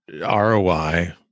ROI